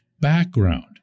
background